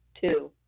Two